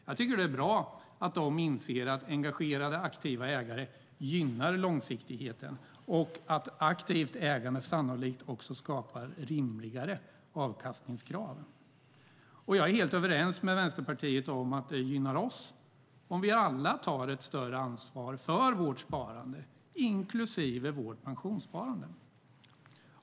Jag tycker att det är bra att de inser att engagerade och aktiva ägare gynnar långsiktigheten och att aktivt ägande också sannolikt skapar rimligare avkastningskrav. Jag är helt överens med Vänsterpartiet om att det gynnar oss om vi alla tar ett större ansvar för vårt sparande inklusive vårt pensionssparande.